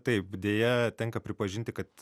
taip deja tenka pripažinti kad